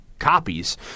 copies